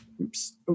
oops